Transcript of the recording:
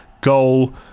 goal